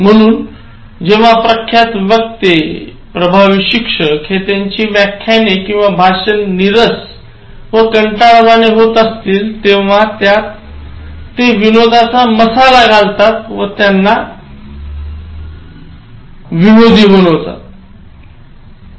म्हणून जेव्हा प्रख्यात वक्ते प्रभावी शिक्षक हे त्यांची व्यख्याने किंवा भाषण निरस व कंटाळवाणे होत असतील तेव्हा त्यात ते विनोदाचा मसाला घालतात व त्याना विनोदी बनवतात